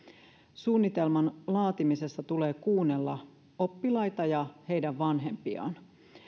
suunnitelman laatimisessa tulee kuunnella oppilaita ja heidän vanhempiaan